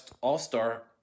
all-star